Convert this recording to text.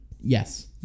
Yes